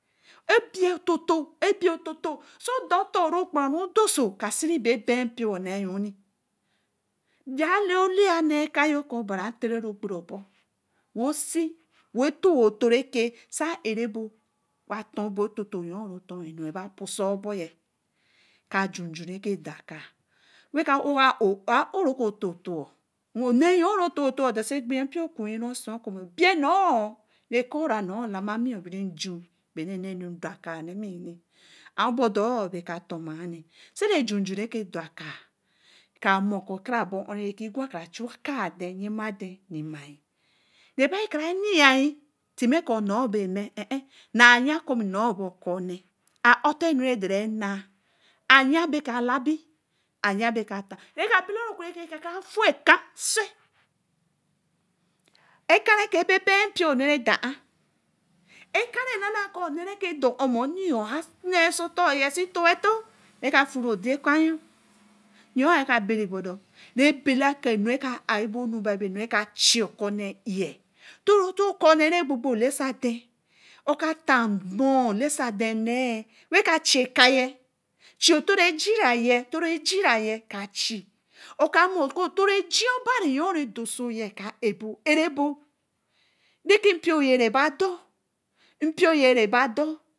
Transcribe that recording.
ebie ototo. sō dan otor re ke kpararu dor so ka si ba ben mpīor neyoni. jah līa liar neī kayo ko oba ri doreru ogbare obōō wosī tooto re ke waī arebōō wah ton be tooto yon akā jun jun re ke daka weh ka. wah re ke tōōto oneyon re tōōto ō dorse gben mpīo kun ose ko me ebie nor bere eko ra camamī berī chui wey na daka nemī yenīebodor ka toma yeni se re jun re ka dā kā oka mor ko konabow ā re ke re ke gwa kara chui aka den yema. re baī kara yeni tima koo nōr baī mēē na ya kōō nor baī kōne. oya baī ke labi oya ba ka tan eka belarī oku re ke kara Fu ekan. ekan reka ebeben mpion. eken enānā ko okone asi sōō tor ye si towa tor. re ki fu re kan yon. yon ka bare bodōō. e bai bala kōō enu ka ā ō nu bai bere ka chi kone ēē toro tor kone re gbo-gbo lase den oke tamor neī Ney k chi kaye chi to ri jira ye ka chīī. oka mor ko echī obari yon ka arebōō rekī mpīo ye reba dor. mpīo ye